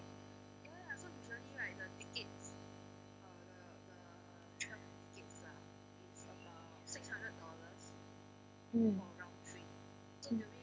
mm mm